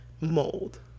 mold